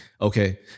Okay